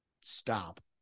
Stop